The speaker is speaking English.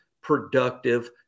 productive